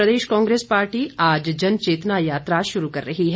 इधर प्रदेश कांग्रेस पार्टी आज जनचेतना यात्रा शुरू कर रही है